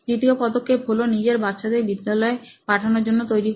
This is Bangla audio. দ্বিতীয় পদক্ষেপ হলো নিজের বাচ্চাদের বিদ্যালয় পাঠানোর জন্য তৈরি করা